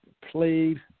played